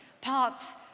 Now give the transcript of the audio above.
parts